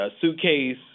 suitcase